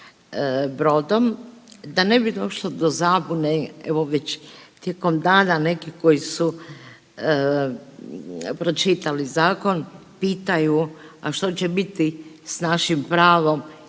brodom. Da ne bi došlo do zabune evo već tijekom dana neki koji su pročitali zakon pitaju, a što će biti s našim pravom